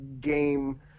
game